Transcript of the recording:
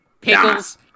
Pickles